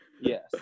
yes